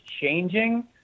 changing